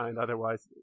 otherwise